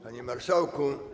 Panie Marszałku!